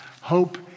Hope